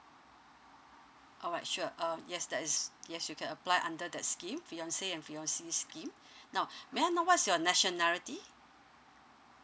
all right sure um yes there is yes you can apply under that scheme fiance and fiancee scheme now may I know what's your nationality